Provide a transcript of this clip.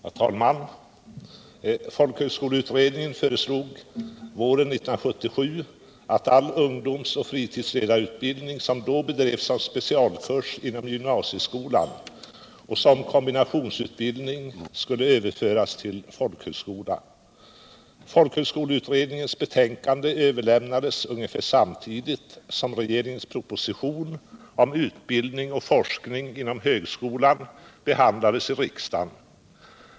Herr talman! Folkhögskoleutredningen föreslog våren 1977 att all ungdomsoch fritidsledarutbildning som då bedrevs som specialkurs inom gymnasieskolan och som kombinationsutbildning skulle överföras till folkhögskola. Folkhögskoleutredningens betänkande överlämnades ungefär samtidigt som regeringens proposition om utbildning och forskning inom högskolan behandlades i riksdagen.